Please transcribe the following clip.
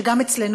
שקיים גם אצלנו.